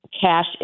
cash